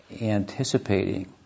anticipating